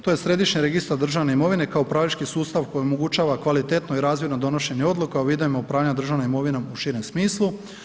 To je središnji registar državne imovine kao upravljački sustav koji omogućava kvalitetno i razvojno donošenje odluka u vidovima upravljanja državnom imovinom u širem smislu.